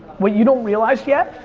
what you don't realize yet